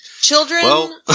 Children